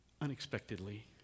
Unexpectedly